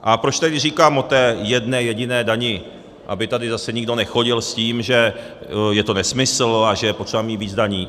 A proč tady říkám o té jedné jediné dani, aby tady zase nikdo nechodil s tím, že je to nesmysl a že je potřeba mít víc daní?